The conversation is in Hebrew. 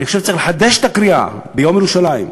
אני חושב שצריך לחדש את הקריאה ביום ירושלים: